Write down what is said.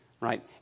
right